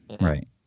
right